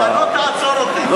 אתה לא תעצור אותי.